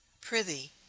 Prithee